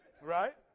Right